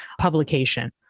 publication